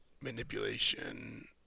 manipulation